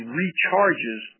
recharges